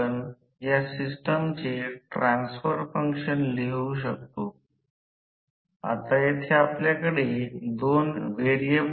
आता कोणत्याही स्लिपवर रोटर वारंवारिता sf असल्याने रोटर प्रेरित emf बदलते SE2 मध्ये